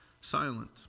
silent